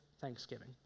thanksgiving